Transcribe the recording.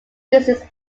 business